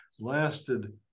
lasted